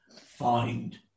find